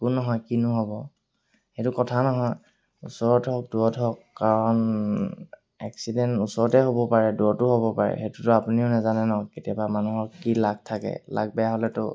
একো নহয় কিনো হ'ব সেইটো কথা নহয় ওচৰত হওক দূৰত হওক কাৰণ এক্সিডেণ্ট ওচৰতে হ'ব পাৰে দূৰতো হ'ব পাৰে সেইটোতো আপুনিও নেজানে ন কেতিয়াবা মানুহৰ কি লাক থাকে লাভ বেয়া হ'লেতো